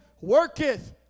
worketh